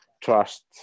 trust